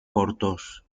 cortos